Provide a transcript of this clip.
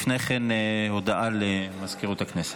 הודעה למזכירות הכנסת.